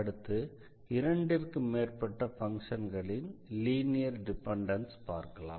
அடுத்து இரண்டிற்கு மேற்பட்ட பங்க்ஷன்களின் லீனியர் டிபெண்டன்ஸை பார்க்கலாம்